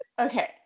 Okay